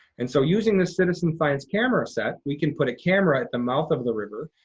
and so using this citizen science camera set, we can put a camera at the mouth of the river,